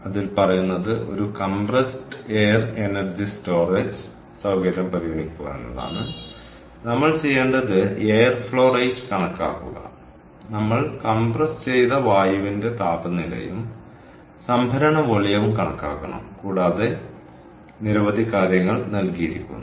അതിനാൽ അതിൽ പറയുന്നത് ഒരു കംപ്രസ്ഡ് എയർ എനർജി സ്റ്റോറേജ് സൌകര്യം പരിഗണിക്കുക എന്നതാണ് നമ്മൾ ചെയ്യേണ്ടത് എയർ ഫ്ലോ റേറ്റ് കണക്കാക്കുക നമ്മൾ കംപ്രസ് ചെയ്ത വായുവിന്റെ താപനിലയും സംഭരണ വോളിയവും കണക്കാക്കണം കൂടാതെ നിരവധി കാര്യങ്ങൾ നൽകിയിരിക്കുന്നു